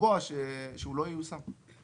לקבוע שהוא לא ייושם.